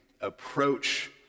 approach